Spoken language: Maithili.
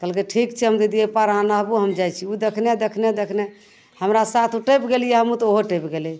कहलकै ठीक छै हम दीदी एहि पार नहबू हम जाइ छी जखने देखने देखने हमरा साथ टैपि गेलियै हमहुॅं तऽ ओहो टैपि गेलै